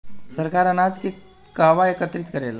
सरकार अनाज के कहवा एकत्रित करेला?